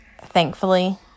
thankfully